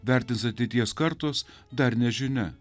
vertins ateities kartos dar nežinia